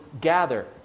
gather